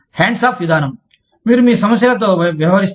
hands off విధానం మీరు మీ సమస్యలతో వ్యవహరిస్తారు